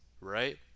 right